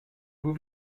vous